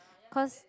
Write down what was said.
cause